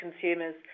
consumers